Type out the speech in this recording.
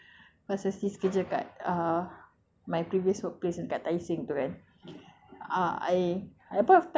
like sis pernah kena judge masa sis kerja dekat ah my previous workplace yang kat tai seng tu kan